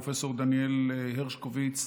פרופ' דניאל הרשקוביץ.